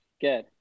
good